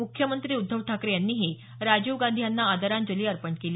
मुख्यमंत्री उद्धव ठाकरे यांनी राजीव गांधी यांना आदरांजली अर्पण केली